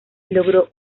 logró